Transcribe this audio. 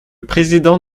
président